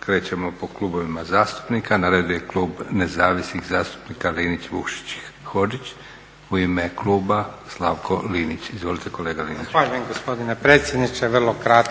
krećemo po klubovima zastupnika. Na redu je klub Nezavisnih zastupnika Linić, Vukšić i Hodžić u ime kluba Slavko Linić. Izvolite kolega Linić. **Linić,